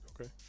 Okay